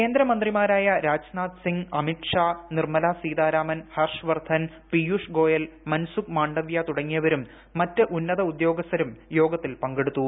കേന്ദ്രമന്ത്രിമാരായ രാജ്നാഥ് സിംഗ് അമിത് ഷാ നിർമല സീതാരാമൻ ഹർഷ് വർധൻ പീയുഷ് ഗോയൽ മൻസുഖ് മാണ്ഡവ്യ തുടങ്ങിയവരും മറ്റ് ഉന്നത ഉദ്യോഗസ്ഥരും യോഗത്തിൽ പങ്കെടുത്തു